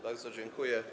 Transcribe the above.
Bardzo dziękuję.